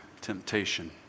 temptation